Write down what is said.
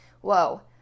whoa